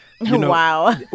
Wow